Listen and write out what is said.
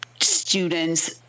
students